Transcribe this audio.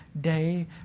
day